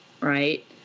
right